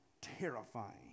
terrifying